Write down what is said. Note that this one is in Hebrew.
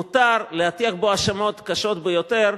מותר להטיח בו האשמות קשות ביותר,